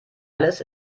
alles